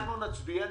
אנחנו נצביע נגד.